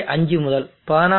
5 முதல் 16